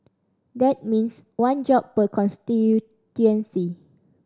that means one job per constituency